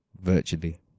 virtually